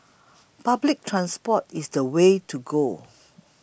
public transport is the way to go